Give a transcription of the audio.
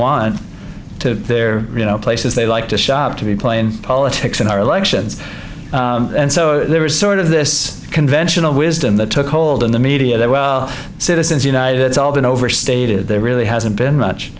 to you know places they like to shop to be playing politics in our elections and so there is sort of this conventional wisdom that took hold in the media that well citizens united it's all been overstated there really hasn't been much